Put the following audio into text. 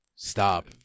Stop